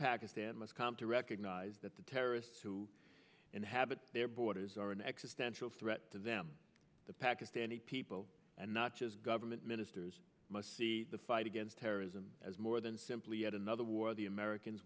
pakistan must come to recognize that the terrorists who inhabit their borders are an extendable threat to them the pakistani people and not just government ministers must see the fight against terrorism as more than simply yet another war the americans